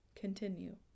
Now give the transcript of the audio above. Continue